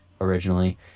originally